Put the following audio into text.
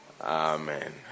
amen